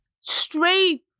Straight